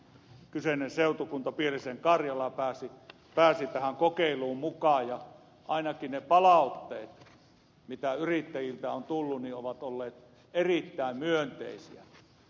kyseinen seutukunta pielisen karjala pääsi tähän kokeiluun mukaan ja ainakin ne palautteet mitä yrittäjiltä on tullut ovat olleet erittäin myönteisiä